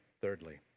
thirdly